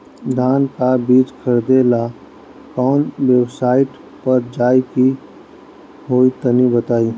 धान का बीज खरीदे ला काउन वेबसाइट पर जाए के होई तनि बताई?